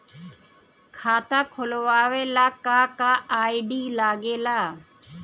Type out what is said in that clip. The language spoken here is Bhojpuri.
खाता खोलवावे ला का का आई.डी लागेला?